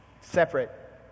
separate